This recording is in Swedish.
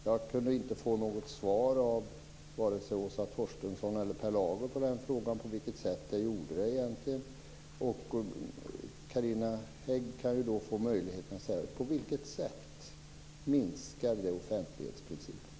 Jag kunde inte få något svar av vare sig Åsa Torstensson eller Per Lager på min fråga om på vilket sätt det egentligen gör det, så Carina Hägg kan nu få möjlighet att säga på vilket sätt detta minskar offentlighetsprincipen.